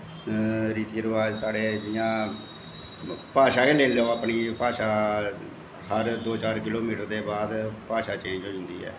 रिति रवाज़ साढ़े जियां भाशा गै लेई लैओ अपनी भाशा हर दो चार किलो मीटर दे बाद भाशा चेंज होई जंदी ऐ